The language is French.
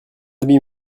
demi